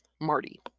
Marty